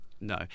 No